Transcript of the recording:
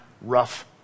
rough